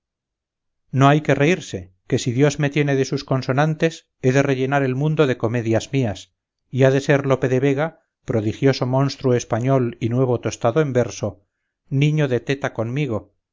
no hay que reírse que si dios me tiene de sus consonantes he de rellenar el mundo de comedias mías y ha de ser lope de vega prodigioso monstruo español y nuevo tostado en verso niño de teta conmigo